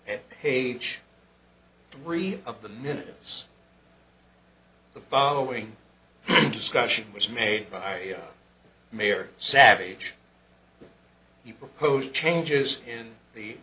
page three of the minutes the following discussion was made by mayor savage he proposed changes in the